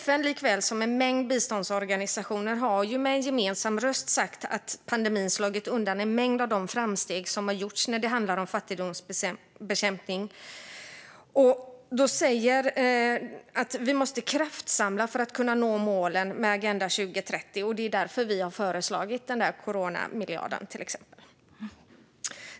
FN såväl som en mängd biståndsorganisationer har med gemensam röst sagt att pandemin har slagit undan en mängd av de framsteg som gjorts när det handlar om fattigdomsbekämpning. De säger att vi måste kraftsamla för att kunna nå målen i Agenda 2030. Därför har vi föreslagit till exempel coronamiljarden.